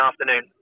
afternoon